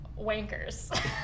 wankers